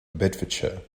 bedfordshire